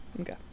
Okay